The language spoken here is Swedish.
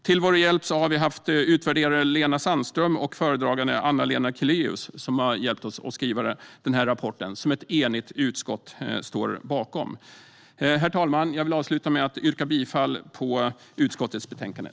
Till vår hjälp med att skriva rapporten, som ett enigt utskott står bakom, har vi haft utvärderare Lena Sandström och föredragande Anna-Lena Kileus. Herr talman! Jag vill avsluta med att yrka bifall till utskottets förslag.